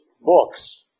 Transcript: books